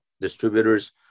distributors